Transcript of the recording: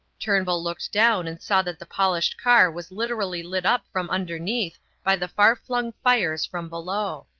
turnbull looked down and saw that the polished car was literally lit up from underneath by the far-flung fires from below.